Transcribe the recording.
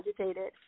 agitated